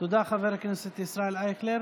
תודה, חבר הכנסת ישראל אייכלר.